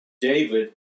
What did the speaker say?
David